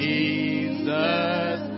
Jesus